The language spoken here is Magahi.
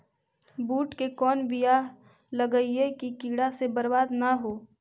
बुंट के कौन बियाह लगइयै कि कीड़ा से बरबाद न हो?